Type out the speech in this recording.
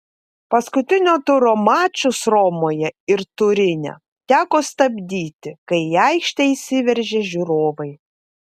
paskutinio turo mačus romoje ir turine teko stabdyti kai į aikštę įsiveržė žiūrovai